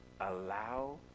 Allow